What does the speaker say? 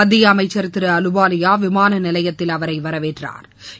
மத்திய அமைச்சா் திரு அலுவாலியா விமான நிலையத்தில் அவரை வரவேற்றாா்